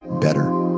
better